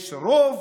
יש רוב,